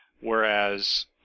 Whereas